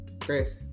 Chris